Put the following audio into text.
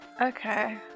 Okay